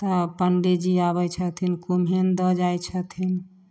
तब पण्डीजी आबै छथिन कुम्हैन दऽ जाइ छथिन